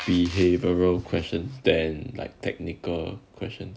behavioural question then like technical question